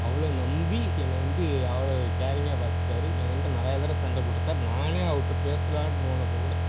அவ்வளோ நம்பி என்னை வந்து அவ்வளோ கேரிங்காக பார்த்துக்கிட்டாரு என் கிட்டே நிறைய தடவை சண்டை போட்டிருக்காரு நானே அவர்ட்ட பேசலாம்னு போனப்போ கூட